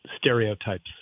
stereotypes